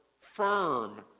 firm